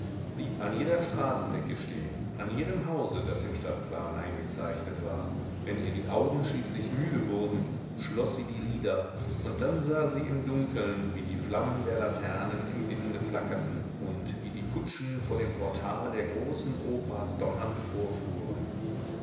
blieb an jeder straßenecke stehen an jedem hause das im stadtplan eingezeichnet war wenn ihr die augen schließlich müde wurden schloß sie die lider und dann sah sie im dunkeln wie die flammen der laternen im winde flackerten und wie die kutschen vor dem portal der großen oper donnernd vorfuhren